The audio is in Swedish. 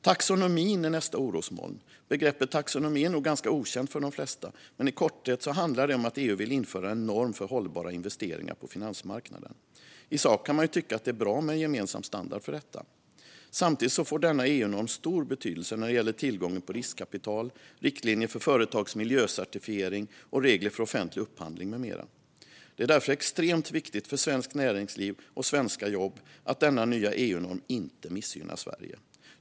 Taxonomin är nästa orosmoln. Begreppet taxonomi är nog ganska okänt för de flesta. I korthet handlar det om att EU vill införa en norm för hållbara investeringar på finansmarknaden. I sak kan man ju tycka att det är bra med en gemensam standard för detta. Samtidigt får denna EU-norm stor betydelse när det gäller tillgången på riskkapital, riktlinjer för företags miljöcertifiering, regler för offentlig upphandling med mera. Det är därför extremt viktigt för svenskt näringsliv och svenska jobb att denna nya EU-norm inte missgynnar Sverige.